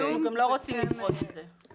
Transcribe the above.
אנחנו גם לא רוצים לפרוץ את זה.